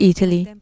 Italy